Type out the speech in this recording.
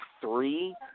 three